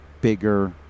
bigger